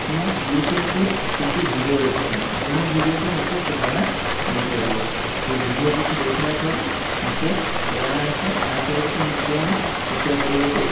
ମୁଁ ୟୁଟ୍ୟୁବରୁ କିଛି ଭିଡ଼ିଓ ଦେଖିଥାଏ ଯେଉଁ ଭିଡ଼ିଓ କି ମୋତେ ପ୍ରେରଣା ଦେଇପାରିବ ସେଇ ଭିଡ଼ିଓ କିଛି ଦେଖିଲା ପରେ ମୋତେ ପ୍ରେରଣା ଆସେ ଯାହାଫଳରେ କି ମୁଁ ପୁଣି ଚିତ୍ର କରିବାକୁ